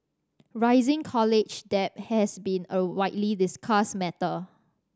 rising college debt has been a widely discussed matter